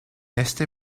este